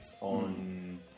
on